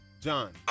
John